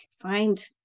find